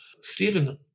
Stephen